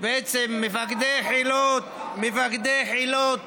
מפקדי חילות, מה החוק,